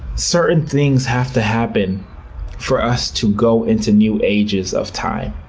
certain things have to happen for us to go into new ages of time,